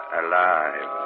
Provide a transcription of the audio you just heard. alive